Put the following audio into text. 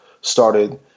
started